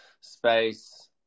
space